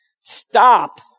Stop